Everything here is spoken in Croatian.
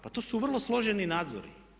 Pa to su vrlo složeni nadzori.